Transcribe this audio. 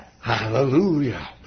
Hallelujah